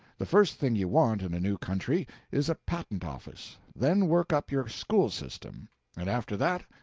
the first thing you want in a new country, is a patent office then work up your school system and after that,